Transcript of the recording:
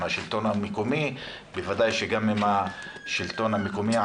עם השלטון המקומי,